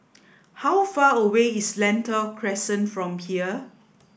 how far away is Lentor Crescent from here